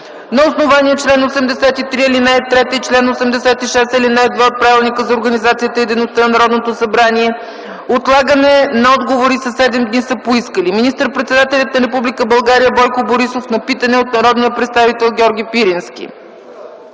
На основание чл. 83, ал. 3 и чл. 86, ал. 2 от Правилника за организацията и дейността на Народното събрание отлагане на отговорите със седем дни са поискали: - министър-председателят на Република България Бойко Борисов на питане от народния представител Георги Пирински;